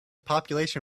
population